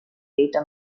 data